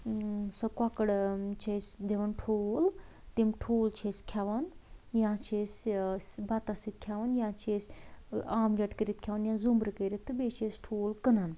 سۄ کوکر چھِ اسہِ دِوَان ٹھوٗل تِم ٹھوٗل چھِ أسۍ کھیوان یا چھِ أسۍ بَتس سۭتۍ کھیوان یا چھِ أسۍ آملیٹ کٔرتھ کھیوان یا زُومرٕ کٔرتھ تہٕ بیٚیہِ چھِ أسۍ ٹھوٗل کٕنان